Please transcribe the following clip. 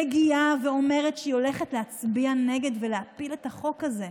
מגיעה ואומרת שהיא הולכת להצביע נגד ולהפיל את החוק הזה.